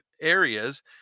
areas